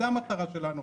זאת המטרה שלנו.